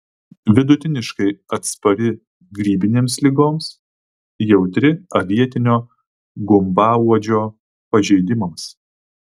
vidutiniškai atspari grybinėms ligoms jautri avietinio gumbauodžio pažeidimams